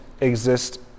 Exist